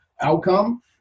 outcome